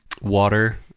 water